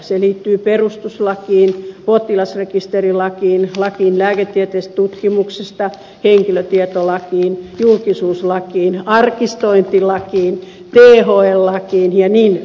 se liittyy perustuslakiin potilasrekisterilakiin lakiin lääketieteellisestä tutkimuksesta henkilötietolakiin julkisuuslakiin arkistointilakiin thl lakiin ja niin edelleen